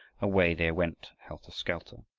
away they went helter-skelter,